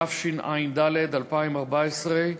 התשע"ד 2014,